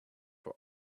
for